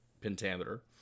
pentameter